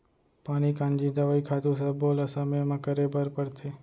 पानी कांजी, दवई, खातू सब्बो ल समे म करे बर परथे